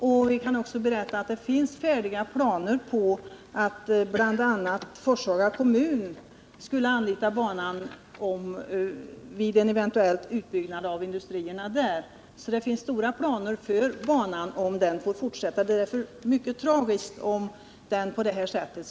Jag kan berätta att bl.a. Forshaga kommun skulle anlita banan vid en eventuell utbyggnad av industrierna där. Det finns stora planer för banan om den får finnas kvar. Det är därför mycket tragiskt om den läggs ner på det här sättet.